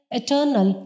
eternal